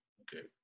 okay